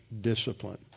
discipline